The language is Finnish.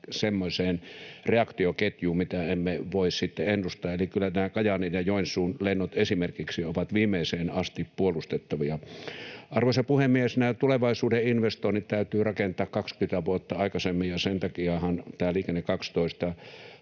semmoiseen reaktioketjuun, mitä emme voi sitten ennustaa, eli kyllä esimerkiksi nämä Kajaanin ja Joensuun lennot ovat viimeiseen asti puolustettavia. Arvoisa puhemies! Nämä tulevaisuuden investoinnit täytyy rakentaa 20 vuotta aikaisemmin, ja sen takiahan tämä